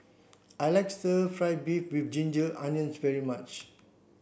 I like stir fry beef with ginger onions very much